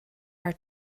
are